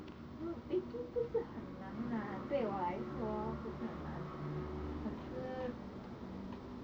no baking 不是很难 lah 对我来说不是很难可是